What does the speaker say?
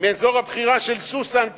מאזור הבחירה של סוסאן,